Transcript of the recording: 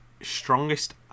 strongest